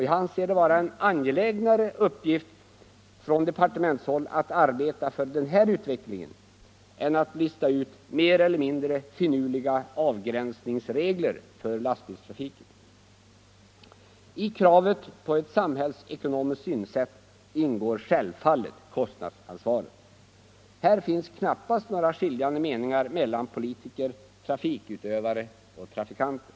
Jag anser det vara en angelägnare uppgift för departementet att arbeta för denna utveckling än att lista ut mer eller mindre finurliga avgränsningsregler för lastbilstrafiken. I Kravet på ett samhällsekonomiskt synsätt ingår självfallet kostnadsansvaret. Här finns knappast några skiljande meningar mellan politiker, trafikutövare och trafikanter.